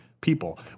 people